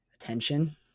attention